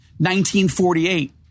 1948